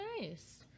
nice